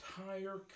entire